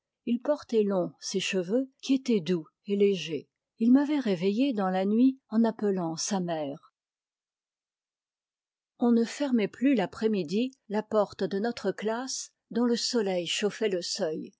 il portait longs ses cheveux qui étaient doux et légers il ih'avait réveillé dans là nuit en appelant ëà mère orl ne fermait plus l'après-midi la orte de notre classe dont le soleil chauffait le seuil